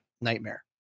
nightmare